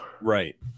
right